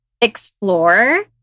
explore